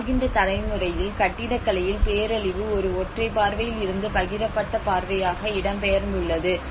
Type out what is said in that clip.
நாம் வாழ்கின்ற தலைமுறையில் கட்டிடக்கலையில் பேரழிவு ஒரு ஒற்றை பார்வையில் இருந்து பகிரப்பட்ட பார்வையாக இடம்பெயர்ந்து உள்ளது